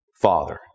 father